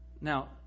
Now